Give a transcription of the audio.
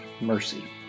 mercy